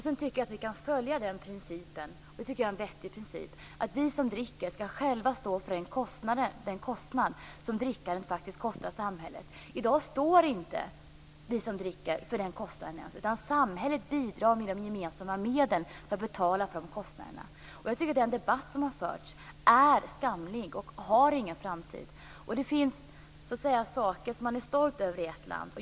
Jag tycker att vi kan följa principen att vi som dricker själva skall stå för den kostnad som drickandet faktiskt innebär för samhället. Det tycker jag är en vettig princip. I dag står vi som dricker inte för den kostnaden, utan samhället bidrar med de gemensamma medlen för att betala dessa kostnader. Jag tycker att den debatt som har förts är skamlig och att den inte har någon framtid. Det finns saker som man är stolt över i ett land.